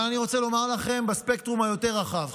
אני רוצה לומר לכם בספקטרום היותר-רחב,